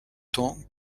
temps